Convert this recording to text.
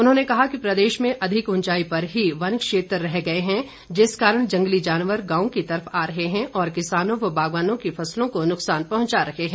उन्होंने कहा कि प्रदेश में अधिक उंचाई पर ही वन क्षेत्र रह गए हैं जिस कारण जंगली जानवर गांव की तरफ आ रहे हैं और किसानों व बागवानों की फसलों को नुकसान पहुंचा रहे हैं